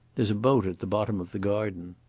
there's a boat at the bottom of the garden.